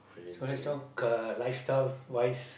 so let's talk uh lifestyle wise